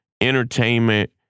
entertainment